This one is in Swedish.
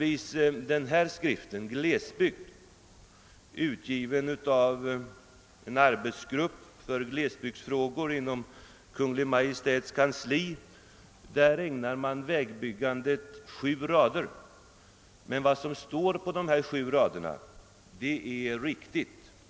I skriften Glesbygd, utgiven av arbetsgruppen för glesbygdsfrågor inom Kungl. Maj:ts kansli, ägnar man t.ex. vägbyggandet sju rader. Men det som står på dessa sju rader är riktigt.